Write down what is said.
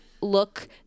look